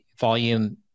volume